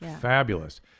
Fabulous